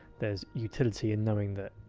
there's utility in knowing that,